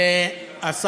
תודה רבה.